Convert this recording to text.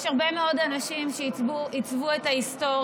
יש הרבה מאוד אנשים שעיצבו את ההיסטוריה